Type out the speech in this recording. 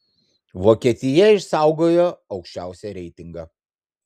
vokietija išsaugojo aukščiausią reitingą